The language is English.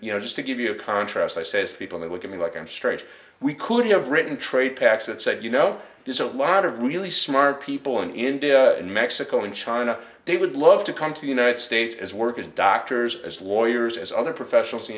you know just to give you a contrast i says the when they look at me like i'm straight we could have written trade pacts and said you know there's a lot of really smart people in india and mexico and china they would love to come to the united states as work and doctors as lawyers as other professionals the